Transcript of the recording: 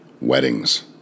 weddings